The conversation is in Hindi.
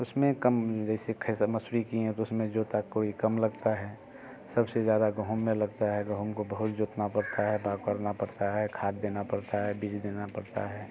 उस में कम जैसे खेसा मसूर किए तो उस में जोता कोई कम लगता है सब से ज़्यादा गोहूँ में लगता है गोहूँ को बहुत जोतना पड़ता है बाव करना पड़ता है खाद देना पड़ता है बीज देना पड़ता है